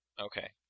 Okay